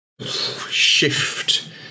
shift